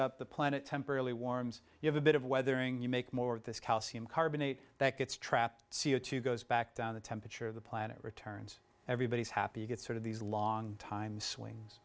up the planet temporarily warms you have a bit of weathering you make more of this calcium carbonate that gets trapped c o two goes back down the temperature of the planet returns everybody's happy you get sort of these long time swings